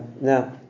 Now